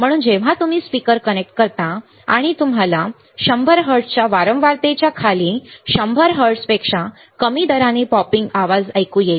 म्हणून जेव्हा तुम्ही स्पीकर कनेक्ट करता आणि तुम्हाला 100 हर्ट्झच्या वारंवारतेच्या खाली 100 हर्ट्झपेक्षा कमी दराने पॉपिंग आवाज ऐकू येईल